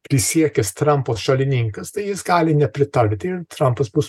prisiekęs trampo šalininkas tai jis gali nepritarti ir trampas bus